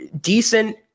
decent